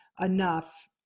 enough